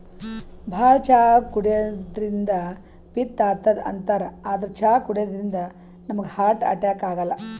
ಭಾಳ್ ಚಾ ಕುಡ್ಯದ್ರಿನ್ದ ಪಿತ್ತ್ ಆತದ್ ಅಂತಾರ್ ಆದ್ರ್ ಚಾ ಕುಡ್ಯದಿಂದ್ ನಮ್ಗ್ ಹಾರ್ಟ್ ಅಟ್ಯಾಕ್ ಆಗಲ್ಲ